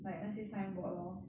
like 那些 signboard lor